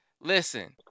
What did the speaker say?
listen